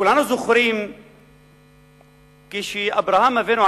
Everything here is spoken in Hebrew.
כולנו זוכרים שכשאברהם אבינו,